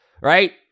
right